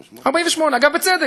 48'. 48' אגב, בצדק.